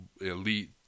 elite